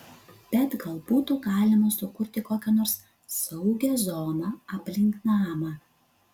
bet gal būtų galima sukurti kokią nors saugią zoną aplink namą